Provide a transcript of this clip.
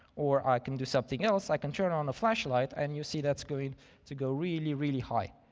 or i can do something else, i can turn on the flashlight and you see that's going to go really, really high.